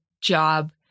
job